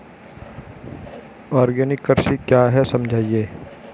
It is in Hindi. आर्गेनिक कृषि क्या है समझाइए?